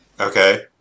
Okay